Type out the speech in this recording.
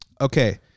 okay